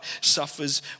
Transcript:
suffers